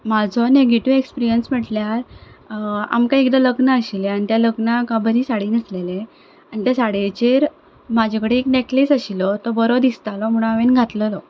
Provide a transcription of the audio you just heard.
म्हाजो negative experience म्हटल्यार आमकां एकदां लग्न आसलेले आनी त्या लग्नाक हांव बरी साडी न्हेसलेलें आनी त्या साडयेचेर म्हाजे कडेन एक नेक्लेस आसलेलो तो बरो दिसतलो म्हण हांवें घातलेलो